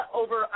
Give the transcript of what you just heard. over